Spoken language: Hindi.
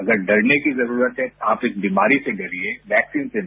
अगर डरने की जरूरत है आप इस बीमारी से डरिए वैक्सीन से नहीं